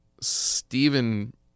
Stephen